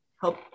help